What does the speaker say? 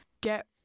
get